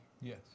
Yes